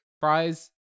fries